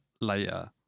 later